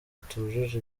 zitujuje